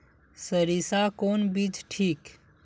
सरीसा कौन बीज ठिक?